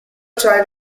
child